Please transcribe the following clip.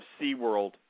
SeaWorld